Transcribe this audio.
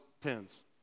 pins